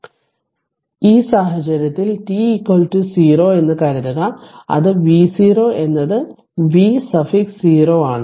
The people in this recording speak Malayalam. അതിനാൽ ഈ സാഹചര്യത്തിൽ t 0 എന്ന് കരുതുക അത് v0 എന്നത് V സഫിക്സ് 0 ആണ്